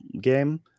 game